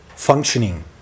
functioning